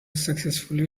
successfully